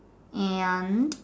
and